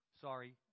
Sorry